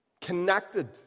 connected